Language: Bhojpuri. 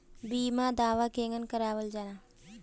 बीमा दावा केगा करल जाला?